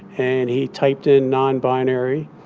and he typed in nonbinary.